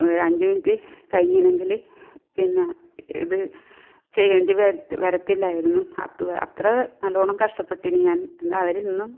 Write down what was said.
അഞ്ച് മിനിറ്റ് കഴിഞ്ഞിനെങ്കിൽ പിന്നെ ഇത് ചെയ്യേണ്ടി വരത്തി വരത്തില്ലായിരുന്നു അത് അത്ര നല്ലവണ്ണം കഷ്ടപ്പെട്ടിനി ഞാൻ എന്ന് അവർ ഇന്നും